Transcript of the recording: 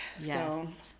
Yes